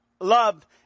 love